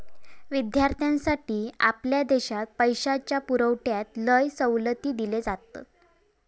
विद्यार्थ्यांसाठी आपल्या देशात पैशाच्या पुरवठ्यात लय सवलती दिले जातत